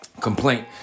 complaint